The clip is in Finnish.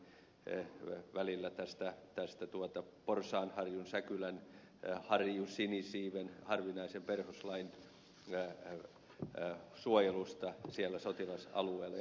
pulliaisen kanssa puhuimme välillä harjusinisiiven harvinaisen perhoslajin suojelusta säkylän porsaanharjun sotilasalueella ja niin edelleen